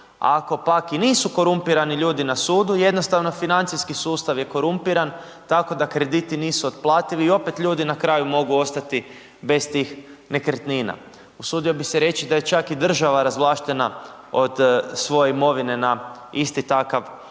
ako pak i nisu korumpirani ljudi na sudu jednostavno financijski sustav je korumpiran tako da krediti nisu otplativi i opet ljudi na kraju mogu ostati bez tih nekretnina. Usudio bih reći da je čak i država razvlaštena od svoje imovine na isti takav način.